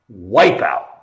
wipeout